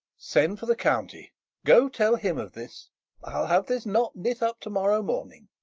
send for the county go tell him of this i'll have this knot knit up to-morrow morning.